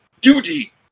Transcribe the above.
duty